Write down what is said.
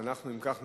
אם כך,